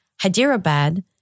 Hyderabad